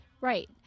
Right